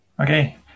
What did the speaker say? Okay